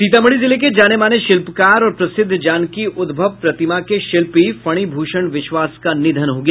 सीतामढ़ी जिले के जाने माने शिल्पकार और प्रसिद्ध जानकी उद्भव प्रतिमा के शिल्पी फणी भूषण विश्वास का निधन हो गया